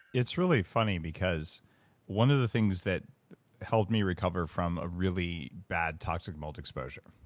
it's really funny because one of the things that helped me recover from a really bad toxic mold exposure,